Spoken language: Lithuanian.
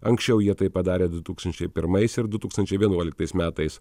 anksčiau jie tai padarė du tūkstančiai primais ir du tūkstančiai vienuoliktais metais